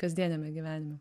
kasdieniame gyvenime